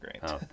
great